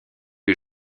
les